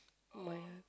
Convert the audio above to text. my